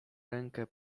rękę